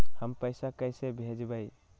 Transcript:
हम पैसा कईसे भेजबई?